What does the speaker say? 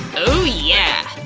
oh yeah!